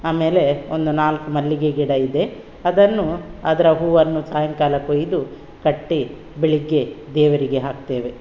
ಆಮೇಲೆ ಒಂದು ನಾಲ್ಕು ಮಲ್ಲಿಗೆ ಗಿಡ ಇದೆ ಅದನ್ನು ಅದರ ಹೂವನ್ನು ಸಾಯಂಕಾಲ ಕೊಯ್ದು ಕಟ್ಟಿ ಬೆಳಗ್ಗೆ ದೇವರಿಗೆ ಹಾಕ್ತೇವೆ